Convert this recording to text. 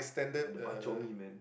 and the bak-chor-mee man